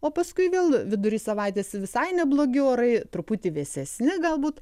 o paskui vėl vidury savaitės visai neblogi orai truputį vėsesni galbūt